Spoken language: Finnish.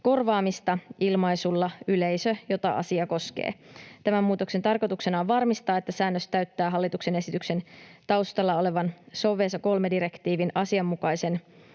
korvaamista ilmaisulla ”yleisö, jota asia koskee”. Tämän muutoksen tarkoituksena on varmistaa, että säännös täyttää hallituksen esityksen taustalla olevan Seveso III ‑direktiivin asianmukaisen